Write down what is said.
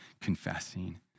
confessing